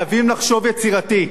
חייבים לחשוב יצירתי.